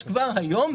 כבר היום,